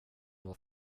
var